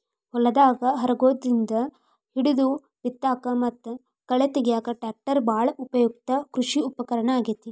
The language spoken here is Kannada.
ಹೊಲದಾಗ ಹರಗೋದ್ರಿಂದ ಹಿಡಿದು ಬಿತ್ತಾಕ ಮತ್ತ ಕಳೆ ತಗ್ಯಾಕ ಟ್ರ್ಯಾಕ್ಟರ್ ಬಾಳ ಉಪಯುಕ್ತ ಕೃಷಿ ಉಪಕರಣ ಆಗೇತಿ